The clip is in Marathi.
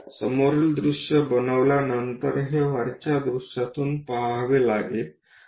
समोरील दृश्य बनवल्यानंतर हे वरच्या दृश्यातून पहावे लागेल